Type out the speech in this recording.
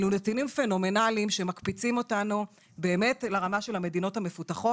אלו נתונים פנומנאליים שמקפיצים אותנו באמת לרמה של המדינות המפותחות.